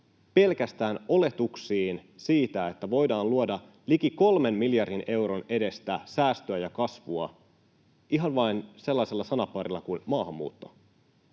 pelkästään oletuksiin siitä, että voidaan luoda liki kolmen miljardin euron edestä säästöä ja kasvua ihan vain sellaisella sanaparilla kuin ”maahanmuutto”.